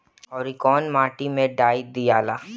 औवरी कौन माटी मे डाई दियाला?